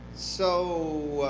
so,